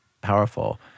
powerful